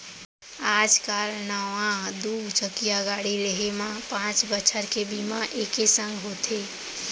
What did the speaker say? आज काल नवा दू चकिया गाड़ी लेहे म पॉंच बछर के बीमा एके संग होथे